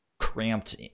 Cramped